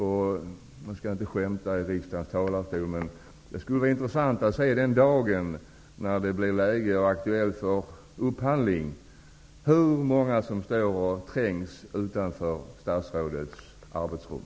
Man skall inte skämta i riksdagens talarstol, men det skulle vara intressant att se, den dag det blir aktuellt för upphandling, hur många som står och trängs utanför statsrådets arbetsrum.